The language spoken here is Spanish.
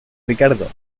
ricardo